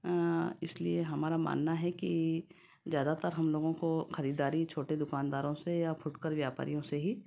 इसलिए हमारा मानना है कि ज़्यादातर हम लोगों को खरीददारी छोटे दुकानदारों से या फुटकर व्यापारियों से ही